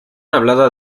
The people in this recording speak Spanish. hablada